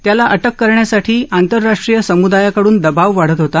त्याला अटक करण्यासाठी आंतरराष्ट्रीय सम्दायाकडून दबाव वाढत होता